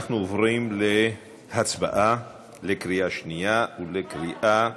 אנחנו עוברים להצבעה בקריאה שנייה וקריאה שלישית.